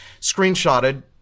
screenshotted